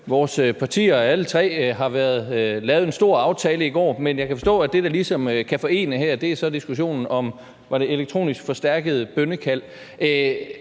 vores partier, alle tre, har lavet en stor aftale i går, men jeg kan forstå, at det, der ligesom kan forene her, så er diskussionen om, var det elektronisk forstærkede bønnekald?